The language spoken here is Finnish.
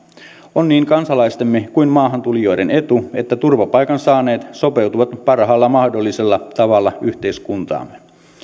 on niin kansalaistemme kuin maahantulijoidenkin etu että turvapaikan saaneet sopeutuvat parhaalla mahdollisella tavalla yhteiskuntaamme